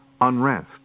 unrest